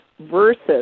versus